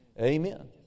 Amen